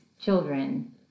children